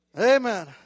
Amen